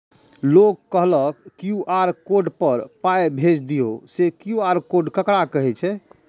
लोग कहलक QR code पर पाय भेज दियौ से क्यू.आर कोड ककरा कहै छै?